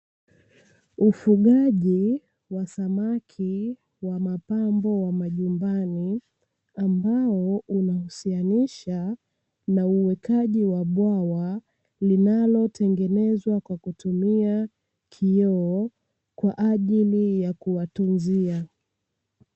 Ufugaji wa samaki wa mapambo wa majumbani, ambao unahusianisha na uwekaji wa bwawa, linalotengenezwa kwa kutumia kioo kwa ajili ya kuwatunzia.